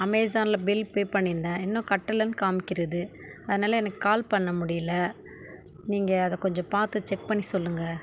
அமேசானில் bill pay பண்ணியிருந்தேன் இன்னும் கட்டலைன்னு காமிக்கிறது அதனால் எனக்கு கால் பண்ண முடியல நீங்கள் அதை கொஞ்சம் பார்த்து செக் பண்ணி சொல்லுங்கள்